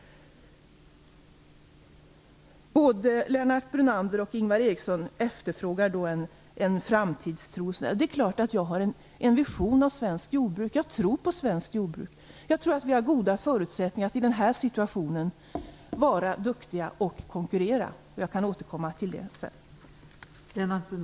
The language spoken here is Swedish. Både Lennart Brunander och Ingvar Eriksson efterfrågar en framtidstro. Jag har självfallet en vision om svenskt jordbruk. Jag tror på svenskt jordbruk. Jag tror att vi har goda förutsättningar att i denna situation vara duktiga och konkurrera. Jag kan återkomma till detta sedan.